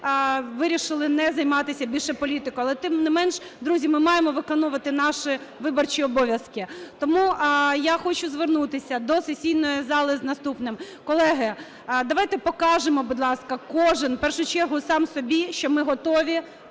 вирішили не займатися більше політикою. Але тим не менш, друзі, ми маємо виконувати наші виборчі обов'язки. Тому я хочу звернутися до сесійної зали з наступним. Колеги, давайте покажемо, будь ласка, кожен, в першу чергу сам собі, що ми готові